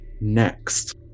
next